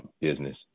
business